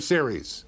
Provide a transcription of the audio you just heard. Series